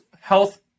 health